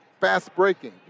fast-breaking